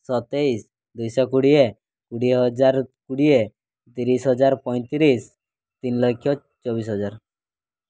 ସତେଇଶି ଦୁଇଶହ କୋଡ଼ିଏ କୋଡ଼ିଏ ହଜାର କୋଡ଼ିଏ ତିରିଶ ହଜାର ପଇଁତିରିଶ ତିନି ଲକ୍ଷ ଚବିଶ ହଜାର